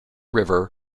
river